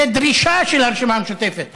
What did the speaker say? זו דרישה של הרשימה המשותפת,